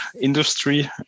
industry